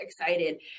excited